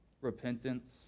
repentance